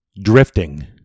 Drifting